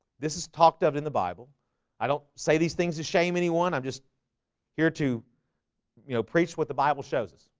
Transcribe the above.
this is talked of in the bible i don't say these things to shame anyone. i'm just here to you know preach what the bible shows us.